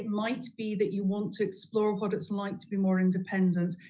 might be that you want to explore what it's like to be more independent,